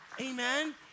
Amen